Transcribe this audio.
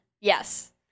Yes